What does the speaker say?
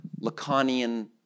Lacanian